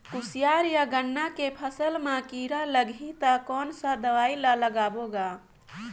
कोशियार या गन्ना के फसल मा कीरा लगही ता कौन सा दवाई ला लगाबो गा?